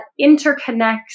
interconnects